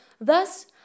Thus